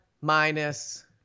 minus